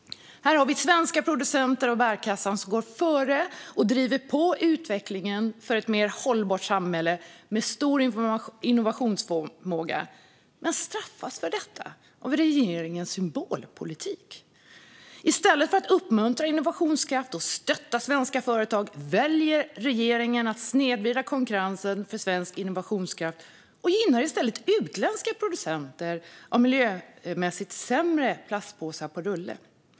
Svenska producenter av bärkassar går före och driver på utvecklingen till ett mer hållbart samhälle med stor innovationsförmåga men straffas för detta av regeringens symbolpolitik. I stället för att uppmuntra innovationskraft och stötta svenska företag väljer regeringen att snedvrida konkurrensen för svensk innovationskraft och gynnar utländska producenter av miljömässigt sämre plastpåsar på rulle.